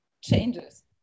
changes